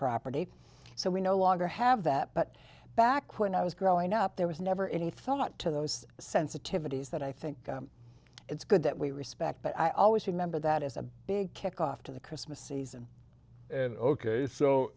property so we no longer have that but back when i was growing up there was never any thought to those sensitivities that i think it's good that we respect but i always remember that as a big kickoff to the christmas season ok so